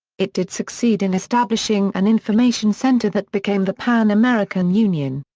it did succeed in establishing an information center that became the pan american union.